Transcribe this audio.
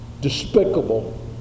despicable